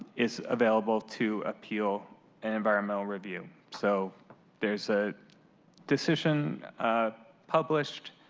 is available to appeal an environmental review. so there is a decision published,